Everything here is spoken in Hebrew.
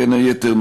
בין היתר,